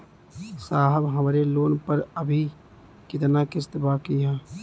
साहब हमरे लोन पर अभी कितना किस्त बाकी ह?